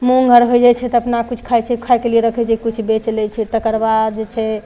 मूँग आओर होइ जाइ छै तऽ अपना किछु खाइ छै खाइके लिए रखै छै किछु बेच लै छै तकरबाद जे छै